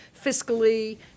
fiscally